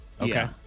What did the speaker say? Okay